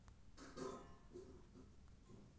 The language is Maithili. हर एकटा कृषि उपकरण छियै, जइ से खेतक जोताइ कैल जाइ छै